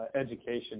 education